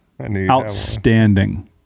outstanding